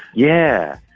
yeah.